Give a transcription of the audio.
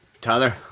Tyler